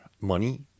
money